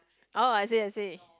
oh I see I see